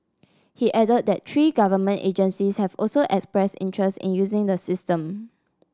he added that three government agencies have also expressed interest in using the system